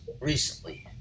recently